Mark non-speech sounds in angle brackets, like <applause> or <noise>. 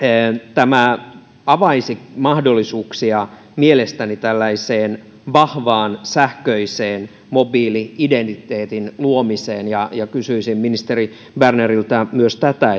tämä mielestäni avaisi mahdollisuuksia tällaiseen vahvan sähköisen mobiili identiteetin luomiseen ja ja kysyisin ministeri berneriltä myös tätä <unintelligible>